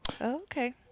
Okay